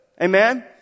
Amen